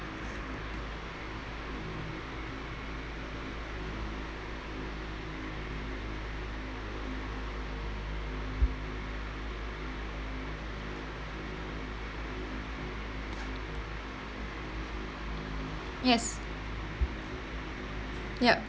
yes yup